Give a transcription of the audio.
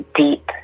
deep